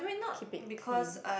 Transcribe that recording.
keep it clean